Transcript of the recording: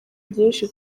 byinshi